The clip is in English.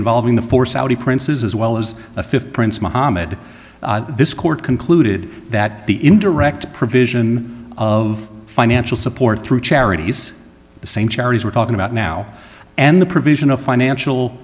involving the four saudi princes as well as a th prince mohammad this court concluded that the indirect provision of financial support through charities the same charities we're talking about now and the provision of financial